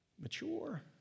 mature